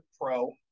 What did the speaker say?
pro